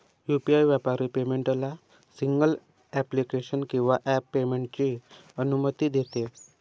UPI व्यापारी पेमेंटला single application किंवा ॲप पेमेंटची अनुमती देते